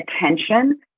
attention